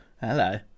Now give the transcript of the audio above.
hello